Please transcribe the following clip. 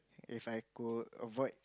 If I could avoid